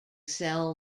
cell